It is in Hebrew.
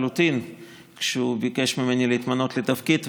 הגשמיים הניכרים שיש לסטודנטיות וסטודנטים במדינת ישראל,